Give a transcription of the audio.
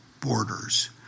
borders